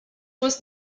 was